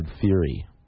theory